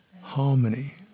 harmony